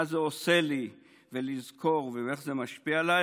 זה עושה לי ולזכור ואיך זה משפיע עליי,